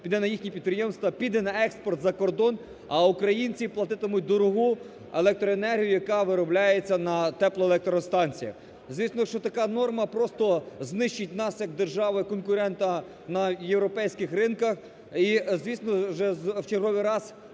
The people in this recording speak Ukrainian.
піде на їхні підприємства, піде на експорт за кордон, а українці платитимуть дорогу електроенергію, яка виробляється на теплоелектростанціях. Звісно, що така норма просто знищить нас як державу і конкурента на європейських ринках і, звісно, вже в черговий раз